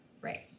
Right